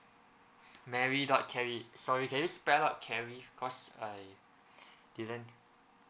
mary dot carey sorry can you spell out carey cause I didn't